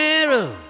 arrow